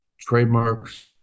trademarks